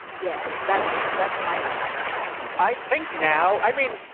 yes, that's that's my type i think now, i mean,